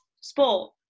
sport